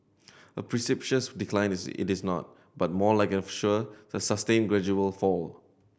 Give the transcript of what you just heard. a decline is it is not but more like a sure the sustained gradual fall